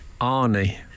Arnie